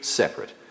separate